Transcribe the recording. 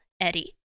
Eddie